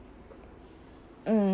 mm